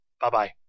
Bye-bye